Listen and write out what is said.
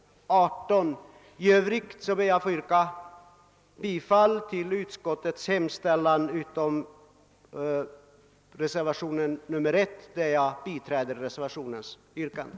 Även i övrigt yrkar jag bifall till utskottets hemställan utom vad det gäller moment 8, där jag yrkar bifall till reservationen 1.